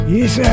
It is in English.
Yes